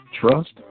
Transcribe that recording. trust